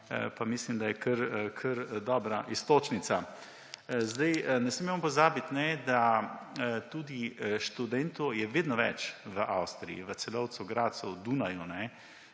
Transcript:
pa mislim, da je kar dobra iztočnica. Ne smemo pozabiti, da tudi študentov je vedno več v Avstriji, v Celovcu, Gradcu, Dunaju